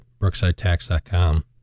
brooksidetax.com